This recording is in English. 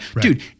Dude